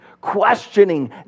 questioning